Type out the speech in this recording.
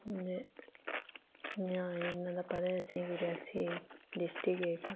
इन्ना ते पता असेंगी कि रियासी डिस्ट्रिक्ट इक